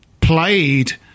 played